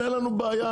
אין לנו בעיה,